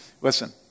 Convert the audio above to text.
Listen